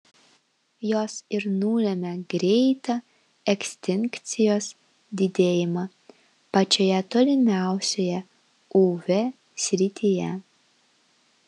jos ir nulemia greitą ekstinkcijos didėjimą pačioje tolimiausioje uv srityje